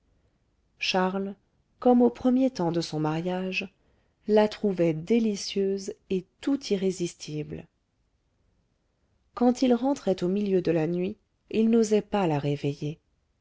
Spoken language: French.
charles comme aux premiers temps de son mariage la trouvait délicieuse et tout irrésistible quand il rentrait au milieu de la nuit il n'osait pas la réveiller